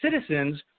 citizens